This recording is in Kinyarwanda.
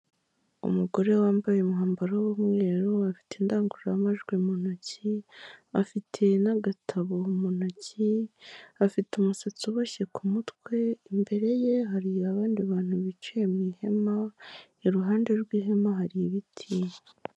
Umugore wambaye umwambaro w'umweru afite indangururamajwi mu ntoki afite n'agatabo mu ntoki, afite umusatsi uboshye ku mutwe imbere ye hari abandi bantu bicaye mu ihema, iruhande rw'ihema hari ibiti.